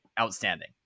outstanding